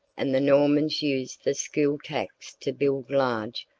and the normans used the school tax to build large,